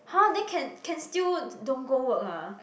!huh! then can can still d~ don't go work ah